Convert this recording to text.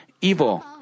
evil